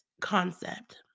concept